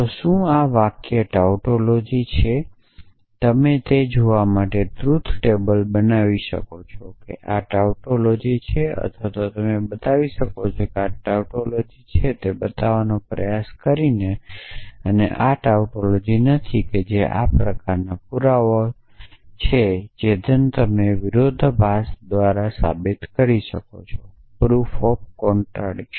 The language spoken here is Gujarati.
તો શું આ વાક્ય ટાઉટોલોજી છે તમે તે જોવા માટે ટ્રુથ ટેબલ બનાવી શકો છો અથવા તમે આ ટાઉટોલોજી છે તે બતાવવા પહેલા કહો કે તે ટાઉટોલોજી નથી અને પછી આ પ્રકારે તમે વિરોધાભાસના દ્વારા સાબિત કરી શકો છો કે તે ટાઉટોલોજી છે